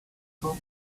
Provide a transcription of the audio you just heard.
throw